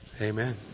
Amen